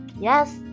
Yes